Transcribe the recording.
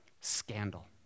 Scandal